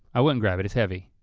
i wouldn't grab it, it's heavy.